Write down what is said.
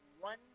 one